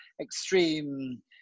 extreme